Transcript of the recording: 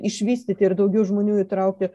išvystyti ir daugiau žmonių įtraukti